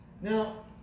Now